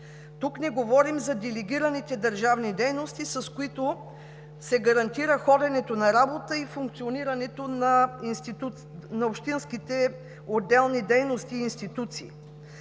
Тук не говорим за делегираните държавни дейности, с които се гарантира ходенето на работа и функционирането на общинските отделни дейности и институции,